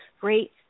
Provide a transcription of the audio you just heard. great